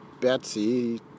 Betsy